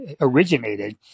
originated